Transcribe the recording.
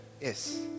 yes